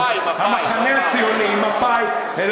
מפא"י, מפא"י.